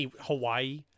Hawaii